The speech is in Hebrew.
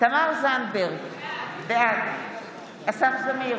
תמר זנדברג, בעד אסף זמיר,